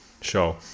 show